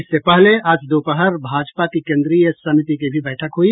इससे पहले आज दोपहर भाजपा की केन्द्रीय समिति की भी बैठक हुई